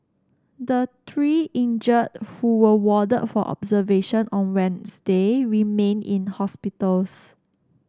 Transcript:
the three injured who were warded for observation on Wednesday remain in hospitals